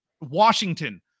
Washington